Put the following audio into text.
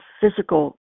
physical